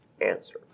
answer